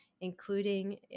including